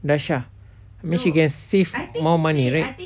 dasha when she can save more money right